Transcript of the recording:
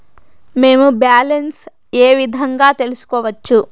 మేము బ్యాలెన్స్ ఏ విధంగా తెలుసుకోవచ్చు?